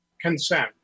consent